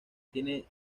tiene